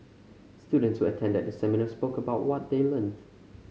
students who attended the seminar spoke about what they learned